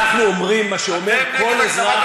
אנחנו אומרים מה שאומר כל אזרח,